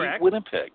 Winnipeg